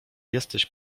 jesteś